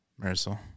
Marisol